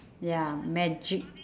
ya magic